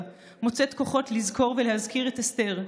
מוצאת כוחות לזכור ולהזכיר את אסתר,